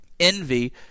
Envy